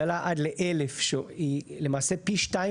גברתי השרה, אם אפשר להתכנס למשפט סיכום.